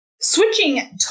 Switching